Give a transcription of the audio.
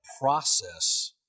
process